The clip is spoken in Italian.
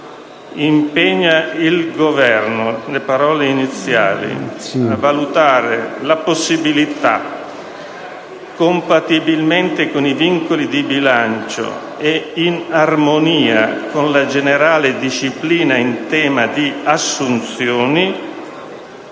«impegna il Governo a valutare la possibilita`, compatibilmente con i vincoli di bilancio e in armonia con la disciplina generale in tema di assunzioni».